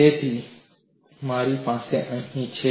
તેથી આ મારી પાસે અહીં છે